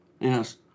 Yes